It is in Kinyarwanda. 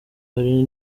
hari